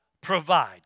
provide